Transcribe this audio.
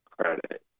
credit